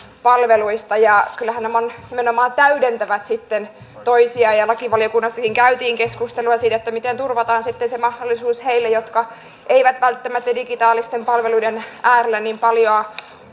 palveluista kyllähän nämä nimenomaan täydentävät sitten toisiaan lakivaliokunnassakin käytiin keskustelua siitä miten turvataan sitten se mahdollisuus heille jotka eivät välttämättä digitaalisten palveluiden äärellä niin paljoa